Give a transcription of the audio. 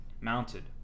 mounted